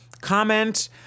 Comment